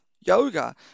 yoga